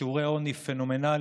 שיעורי עוני פנומנליים,